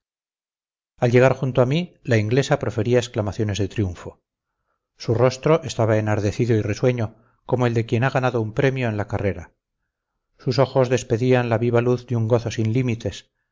al llegar junto a mí la inglesa profería exclamaciones de triunfo su rostro estaba enardecido y risueño como el de quien ha ganado un premio en la carrera sus ojos despedían la viva luz de un gozo sin límites